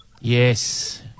Yes